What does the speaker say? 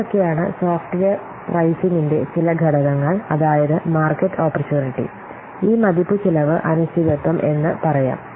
ഇവയൊക്കെയാണ് സോഫ്റ്റ്വെയർ പ്രൈസിങ്ങിന്റെ ചില ഘടകങ്ങൾ അതായത് മാർക്കറ്റ് ഒപ്പർച്ചുനിടി ഈ മതിപ്പുചിലവ് അനിശ്ചിതത്വം എന്ന് പറയാം